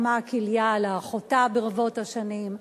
לאחותה, ברבות השנים,